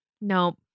Nope